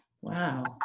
Wow